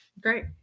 Great